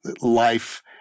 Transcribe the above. life